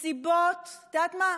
מסיבות, את יודעת מה?